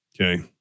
Okay